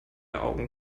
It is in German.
augen